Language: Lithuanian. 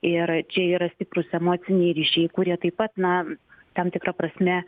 ir čia yra stiprūs emociniai ryšiai kurie taip pat na tam tikra prasme